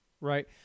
right